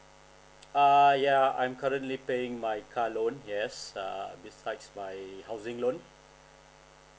ah ya I'm currently paying my car loan yes err besides my housing loan